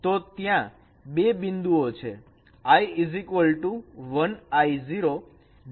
તો ત્યાં બે બિંદુઓ છે